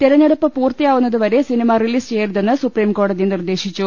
തെരഞ്ഞെടുപ്പ് പൂർത്തിയാവുന്നത് വരെ സിനിമ റിലീസ് ചെയ്യരുതെന്ന് സുപ്രീംകോടതി നിർദേശിച്ചു